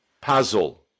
puzzle